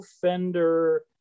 fender